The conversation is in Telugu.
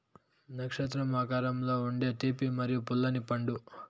నక్షత్రం ఆకారంలో ఉండే తీపి మరియు పుల్లని పండు